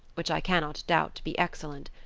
which i cannot doubt to be excellent.